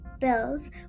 bills